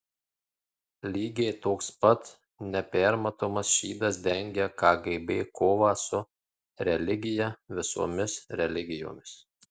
lygiai toks pat nepermatomas šydas dengia kgb kovą su religija visomis religijomis